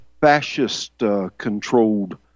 fascist-controlled